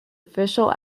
official